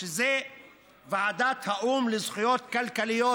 שזה ועדת האו"ם לזכויות כלכליות,